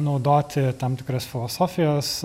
naudoti tam tikras filosofijos